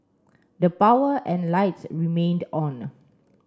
the power and lights remained on